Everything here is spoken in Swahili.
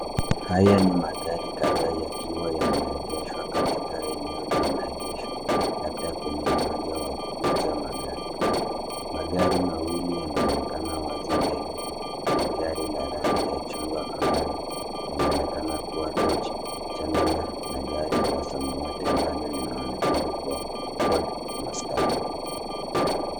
Haya ni magari kadhaa yakiwa yameegeshwa katika eneo la maegesho labda kwenye uwanja wa kuuza magari. Magari mawili yanaonekana wazi mbele ni gari la rangi ya chungwa ambalo linaonekana kuwa Dodge Challenger na gari la samawati ambalo linaonekana kuwa Ford Mustang.